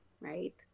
right